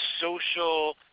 social